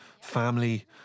family